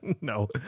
No